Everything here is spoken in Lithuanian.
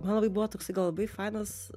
man labai buvo toksai labai fainas